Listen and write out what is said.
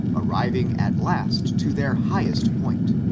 arriving at last to their highest point,